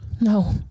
No